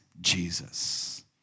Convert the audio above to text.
Jesus